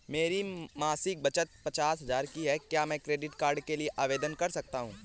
मेरी मासिक बचत पचास हजार की है क्या मैं क्रेडिट कार्ड के लिए आवेदन कर सकता हूँ?